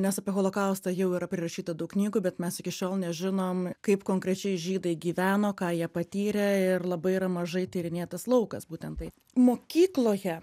nes apie holokaustą jau yra prirašyta daug knygų bet mes iki šiol nežinom kaip konkrečiai žydai gyveno ką jie patyrė ir labai yra mažai tyrinėtas laukas būtent tai mokykloje